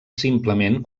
simplement